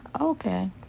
okay